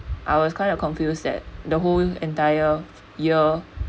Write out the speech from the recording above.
I was kind of confused that the whole entire year